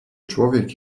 człowiek